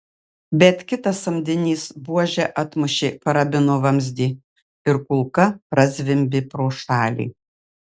bet kitas samdinys buože atmušė karabino vamzdį ir kulka prazvimbė pro šalį